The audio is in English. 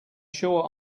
sure